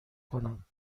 کنم